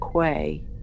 Quay